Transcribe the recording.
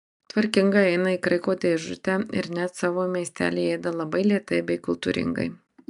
tvarkingai eina į kraiko dėžutę ir net savo maistelį ėda labai lėtai bei kultūringai